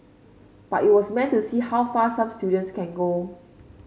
but it was meant to see how far some students can go